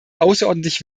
außerordentlich